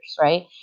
right